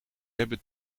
hebben